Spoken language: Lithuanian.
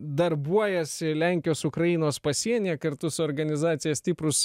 darbuojasi lenkijos ukrainos pasienyje kartu su organizacija stiprūs